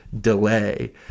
delay